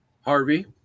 Harvey